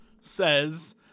says